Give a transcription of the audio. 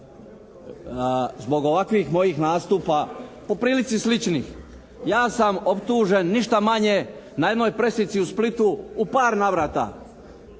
zbog ovakvih mojih nastupa po prilici sličnih ja sam optužen ništa manje na jednoj pressici u Splitu u par navrata,